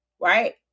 right